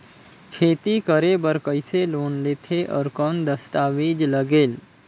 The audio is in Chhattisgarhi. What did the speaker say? खेती करे बर कइसे लोन लेथे और कौन दस्तावेज लगेल?